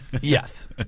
Yes